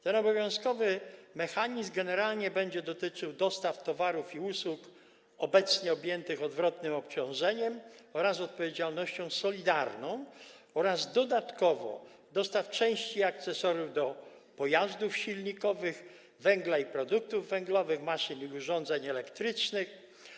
Ten obowiązkowy mechanizm generalnie będzie dotyczył dostaw towarów i usług obecnie objętych odwrotnymi obciążeniami oraz odpowiedzialnością solidarną oraz dodatkowo dostaw części i akcesoriów do pojazdów silnikowych, węgla i produktów węglowych, maszyn i urządzeń elektrycznych.